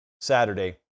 Saturday